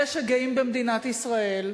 אלה שגאים במדינת ישראל,